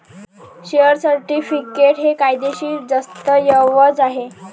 share certificate हे कायदेशीर दस्तऐवज आहे